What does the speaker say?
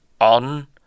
on